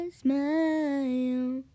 smile